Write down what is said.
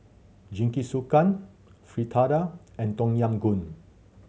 Jingisukan Fritada and Tom Yam Goong